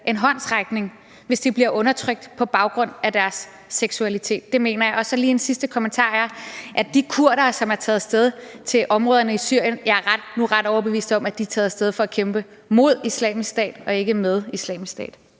en håndsrækning, hvis de bliver undertrykt på baggrund af deres seksualitet. Det mener jeg. En sidste kommentar er lige, at de kurdere, som er taget af sted til områderne i Syrien, er jeg ret overbevist om tager af sted for at kæmpe mod Islamisk Stat og ikke med Islamisk Stat.